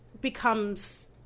becomes